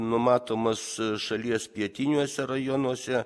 numatomas šalies pietiniuose rajonuose